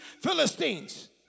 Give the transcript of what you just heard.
Philistines